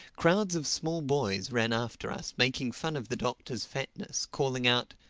crowds of small boys ran after us making fun of the doctor's fatness, calling out,